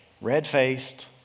Red-faced